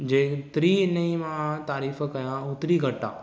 जेतिरी हिन जी मां तारीफ़ कयां होतिरी घटि आहे